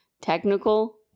technical